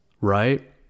right